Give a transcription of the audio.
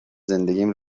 زندگیم